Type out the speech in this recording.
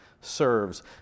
serves